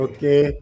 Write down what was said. Okay